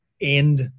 end